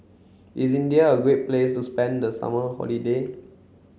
is India a great place to spend the summer holiday